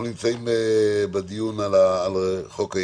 אנחנו נמצאים בדיון על חוק-היסוד